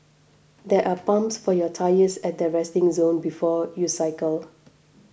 there are pumps for your tyres at the resting zone before you cycle